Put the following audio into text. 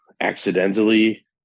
accidentally